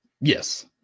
Yes